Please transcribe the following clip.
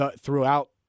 throughout